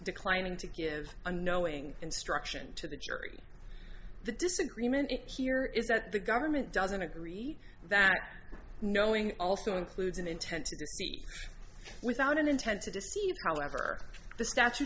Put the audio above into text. declining to give a knowing instruction to the jury the disagreement here is that the government doesn't agree that knowing also includes an intent without an intent to deceive however the statu